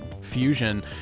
fusion